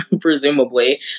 presumably